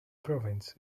province